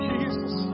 Jesus